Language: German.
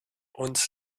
uns